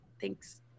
thanks